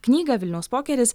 knygą vilniaus pokeris